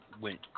went